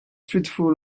fruitful